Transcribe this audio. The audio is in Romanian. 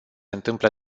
întâmplă